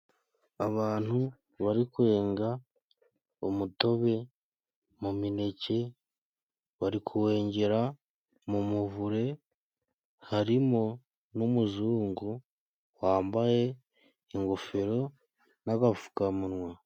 Abantu bari kwenga umutobe mu mineke, barikuwengera mu muvure harimo n'umuzungu wambaye ingofero n'agafukamunwa.